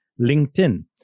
LinkedIn